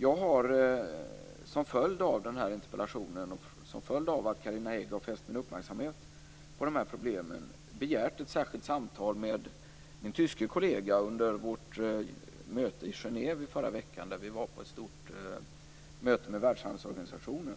Jag har som följd av den här interpellationen och att Carina Hägg har fäst min uppmärksamhet på de här problemen begärt ett särskilt samtal med min tyske kollega under vårt möte i Genève i förra veckan där vi var på ett stort möte med Världshandelsorganisationen